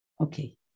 Okay